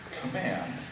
command